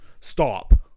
Stop